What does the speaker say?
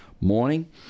morning